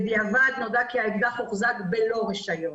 בדיעבד נודע כי האקדח הוחזק בלא רישיון,